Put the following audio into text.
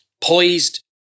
poised